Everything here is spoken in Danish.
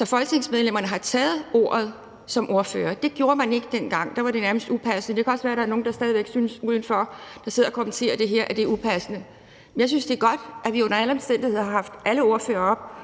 at folketingsmedlemmerne har taget ordet som ordførere. Det gjorde man ikke dengang. Der var det nærmest upassende. Det kan også være, at der er nogle af dem, der sidder og kommentere det her, der synes, at det er upassende. Men jeg synes, det er godt, at vi under alle omstændigheder har haft alle ordførere oppe